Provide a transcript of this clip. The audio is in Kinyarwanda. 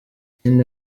ikindi